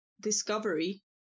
Discovery